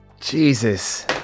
Jesus